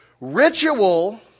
Ritual